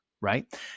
Right